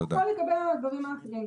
להתגבר על הדברים האחרים.